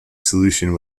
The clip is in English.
solution